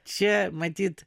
čia matyt